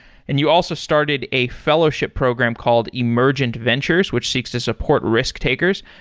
and you also started a fellowship program called emergent ventures, which seeks to support risk takers.